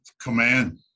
command